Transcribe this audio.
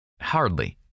Hardly